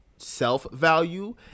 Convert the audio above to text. self-value